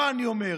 לא אני אומר,